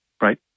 right